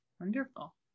Wonderful